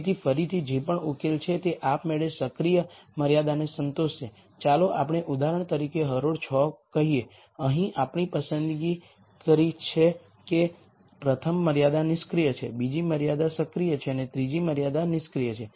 તેથી ફરીથી જે પણ ઉકેલ છે તે આપમેળે સક્રિય મર્યાદાને સંતોષશે ચાલો આપણે ઉદાહરણ તરીકે હરોળ 6 કહીએ અહીં આપણે પસંદગી કરી છે કે પ્રથમ મર્યાદા નિષ્ક્રિય છે બીજી મર્યાદા સક્રિય છે અને ત્રીજી મર્યાદા નિષ્ક્રિય છે